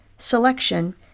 selection